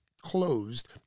closed